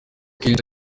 kenshi